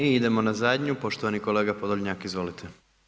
I idemo na zadnju, poštovani kolega Podolnjak, izvolite.